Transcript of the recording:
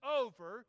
over